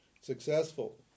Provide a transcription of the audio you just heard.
Successful